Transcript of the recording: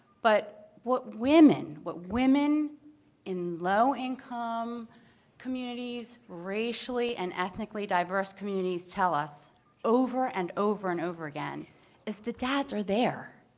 but what women, what women in low-income communities, racially and ethnically diverse communities tell us over and over and over again is the dads are there.